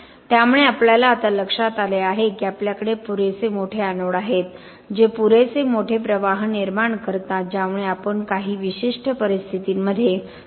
त्यामुळे आपल्याला आता लक्षात आले आहे की आपल्याकडे पुरेसे मोठे एनोड आहेत जे पुरेसे मोठे प्रवाह निर्माण करतात ज्यामुळे आपणकाही विशिष्ट परिस्थितींमध्ये स्टीलचे पूर्णपणे संरक्षण करू शकतो